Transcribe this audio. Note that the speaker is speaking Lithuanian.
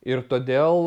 ir todėl